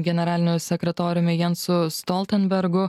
generaliniu sekretoriumi jansu stoltenbergu